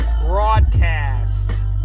broadcast